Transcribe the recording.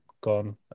gone